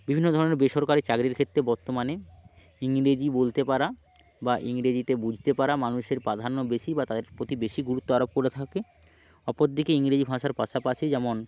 বিভিন্ন ধরনের বেসরকারি চাকরির ক্ষেত্রে বর্তমানে ইংরেজি বলতে পারা বা ইংরেজিতে বুঝতে পারা মানুষের প্রাধান্য বেশি বা তাদের প্রতি বেশি গুরুত্ব আরোপ করে থাকে অপর দিকে ইংরেজি ভাষার পাশাপাশি যেমন